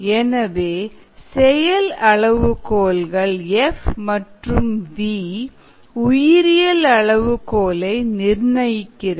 எனவே செயல் அளவுகோல்கள் F மற்றும் V உயிரியல் அளவுகோலை நிர்ணயிக்கிறது